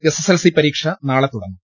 S S L C പരീക്ഷ നാളെ തുടങ്ങും